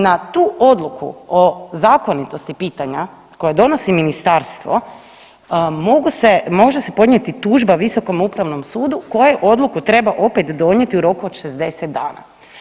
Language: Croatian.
Na tu odluku o zakonitosti pitanja koje donosi ministarstvo može se podnijeti tužba Visokom upravom sudu koje odluku treba opet donijeti u roku od 60 dana.